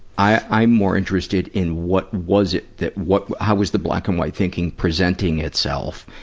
i'm, i'm more interested in what was it that, what, how was the black and white thinking presenting itself.